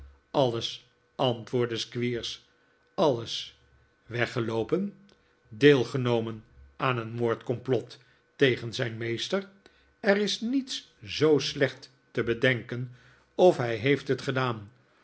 alles antwoordde squeers alles weggeloopen deelgenomen aan een moordcomplot tegeh zijn meesten er is niets zoo slecht te bedenken of hij heeft het gedaan